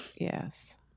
Yes